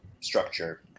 structure